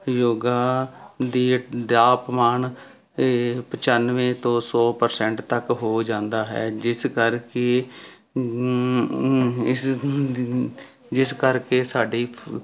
ਯੋਗਾ ਦੀ ਦਾ ਤਾਪਮਾਨ ਇਹ ਪਚਾਨਵੇਂ ਤੋਂ ਸੌ ਪ੍ਰਸੈਂਟ ਤੱਕ ਹੋ ਜਾਂਦਾ ਹੈ ਜਿਸ ਕਰਕੇ ਇਸ ਜਿਸ ਕਰਕੇ ਸਾਡੀ